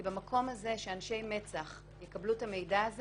כי במקום הזה שאנשי מצ"ח יקבלו את המידע הזה